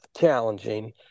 challenging